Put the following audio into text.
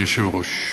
אדוני היושב-ראש.